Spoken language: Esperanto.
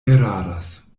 eraras